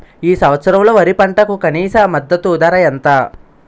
ఈ సంవత్సరంలో వరి పంటకు కనీస మద్దతు ధర ఎంత?